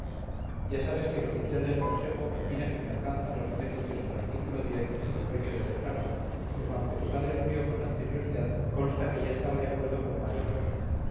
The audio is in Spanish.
ya sabes que el oficial del consejo opina que me alcanzan los beneficios del artículo del convenio de vergara pues aunque tu padre murió con anterioridad consta que ya estaba de acuerdo con maroto